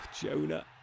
Jonah